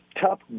tough